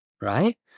right